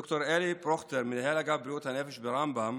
ד"ר איל פרוכטר, מנהל אגף בריאות הנפש ברמב"ם